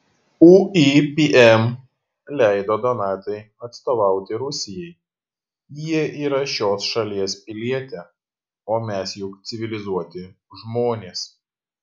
uipm leido donatai atstovauti rusijai ji yra šios šalies pilietė o mes juk civilizuoti žmonės